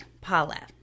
paula